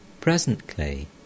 Presently